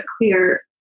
clear